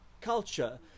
culture